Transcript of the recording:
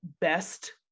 best